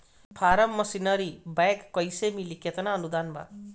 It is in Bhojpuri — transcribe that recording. फारम मशीनरी बैक कैसे मिली कितना अनुदान बा?